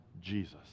Jesus